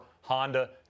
Honda